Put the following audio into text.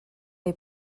les